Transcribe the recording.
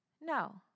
No